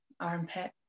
armpit